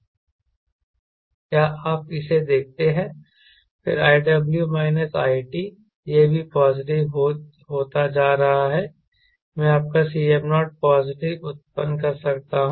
क्या आप इसे देखते हैं फिर iw माइनस it यह भी पॉजिटिव होता जा रहा है मैं आपका Cm0 पॉजिटिव उत्पन्न कर सकता हूं